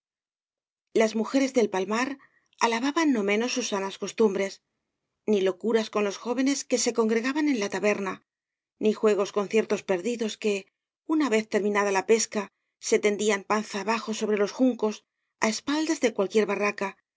las mujeres del palmar alababan no menos sus sanas costumbres ni locuras con loa jóvenes que se congregaban en la taberna ni juegos con ciertos perdidos que una vez terminada la pesca se tendían panza abajo sobre los juncos á espaldas de cualquier barraca